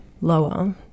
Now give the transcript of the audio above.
lower